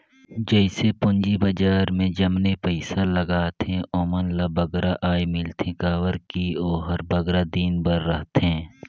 जइसे पूंजी बजार में जमने पइसा लगाथें ओमन ल बगरा आय मिलथे काबर कि ओहर बगरा दिन बर रहथे